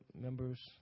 members